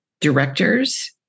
directors